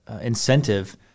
incentive